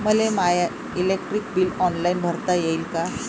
मले my electric bill online भरता येईन का?